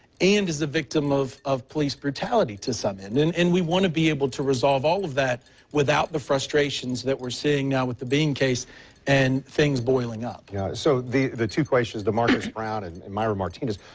and is a victim of of police brutality to some end. and and we want to be able to resolve all of that without the frustrations that we're seeing now with the bing case and things boiling up. yeah so the the two questions damarcus brown and myra martinez,